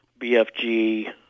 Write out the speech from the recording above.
BFG